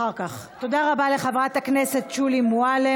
תודה רבה לחברת הכנסת שולי מועלם.